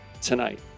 tonight